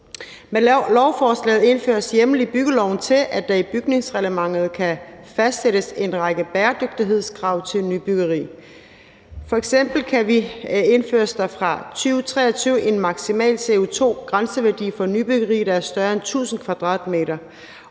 Med lovforslaget indføres der hjemmel i byggeloven til, at der i bygningsreglementet kan fastsættes en række bæredygtighedskrav til nybyggeri. F.eks. indføres der fra 2023 en maksimal CO2-grænseværdi for nybyggeri, der er større end 1.000 m²,